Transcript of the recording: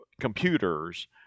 computers